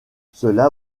cela